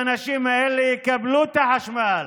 האנשים האלה יקבלו את החשמל